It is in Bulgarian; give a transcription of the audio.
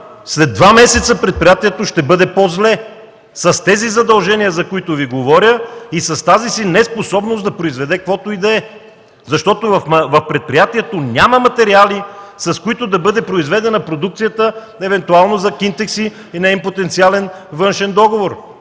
след два месеца предприятието ще бъде по-зле с тези задължения, за които Ви говоря и с тази си неспособност да произведе каквото и да е. В предприятието няма материали, с които да бъде произведена продукцията, евентуално за „Кинтекс” и техен потенциален външен договор.